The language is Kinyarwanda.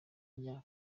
njya